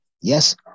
Yes